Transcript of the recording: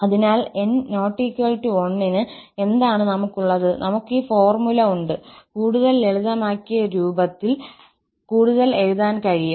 അതിനാൽ 𝑛≠1 ന് എന്താണ് നമുക്കുള്ളത് നമുക് ഈ ഫോർമുല ഉണ്ട് കൂടുതൽ ലളിതമാക്കിയ രൂപത്തിൽ കൂടുതൽ എഴുതാൻ കഴിയും